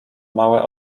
małe